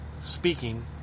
speaking